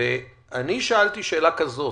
אני שאלתי שאלה כזאת,